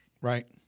Right